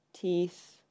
Teeth